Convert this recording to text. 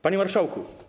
Panie Marszałku!